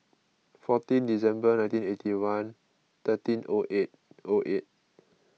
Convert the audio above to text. fourteen December nineteen eighty one thirteen O eight O eight